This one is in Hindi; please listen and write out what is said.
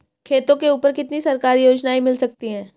खेतों के ऊपर कितनी सरकारी योजनाएं मिल सकती हैं?